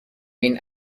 این